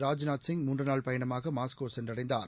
ராஜ்நாத் சிங் மூன்று நாள் பயணமாக மாஸ்கோ சென்றடைந்தார்